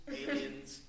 aliens